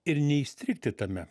ir neįstrigti tame